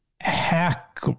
hack